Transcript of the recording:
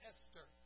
Esther